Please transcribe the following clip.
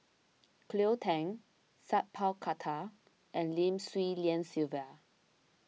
Cleo Thang Sat Pal Khattar and Lim Swee Lian Sylvia